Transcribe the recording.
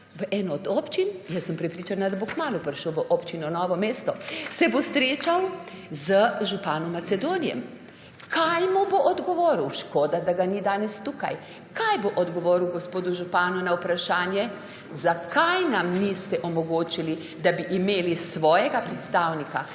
v eno od občin - sem prepričana, da bo kmalu prišel v občino Novo mesto -, se bo srečal z županom Macedonijem. Kaj mu bo odgovoril – škoda, da ga ni danes tukaj -, kaj bo odgovoril gospodu županu na vprašanje, zakaj nam niste omogočili, da bi imeli svojega predstavnika.